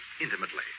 intimately